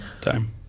time